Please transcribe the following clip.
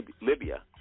Libya